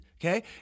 okay